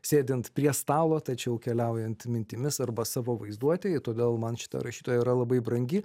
sėdint prie stalo tačiau keliaujant mintimis arba savo vaizduotėj todėl man šita rašytoja yra labai brangi